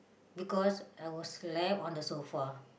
because I was slack on the sofa